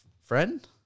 friend